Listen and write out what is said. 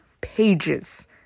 pages